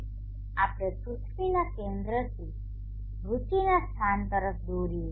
ચાલો આપણે પૃથ્વીના કેન્દ્રથી રુચિના સ્થાન તરફ દોરીએ